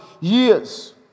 years